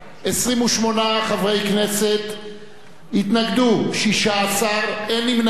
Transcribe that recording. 28 חברי כנסת, התנגדו, 16, אין נמנעים.